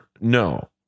No